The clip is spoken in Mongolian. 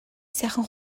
сайхан